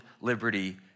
liberty